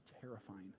terrifying